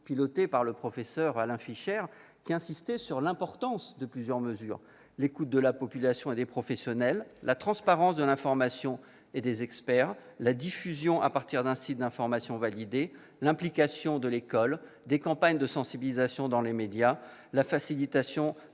pilotée par le professeur Alain Fischer, qui insistait sur l'importance de plusieurs mesures : écoute de la population et des professionnels, transparence de l'information et des experts, diffusion d'informations validées, implication de l'école, campagnes de sensibilisation dans les médias ou encore facilitation de la pratique de la vaccination.